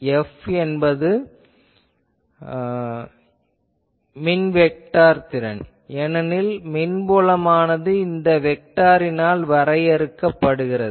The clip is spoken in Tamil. F என்பது மின் வெக்டார் திறன் ஏனெனில் மின்புலமானது இந்த வெக்டாரினால் வரையறுக்கப்படுகிறது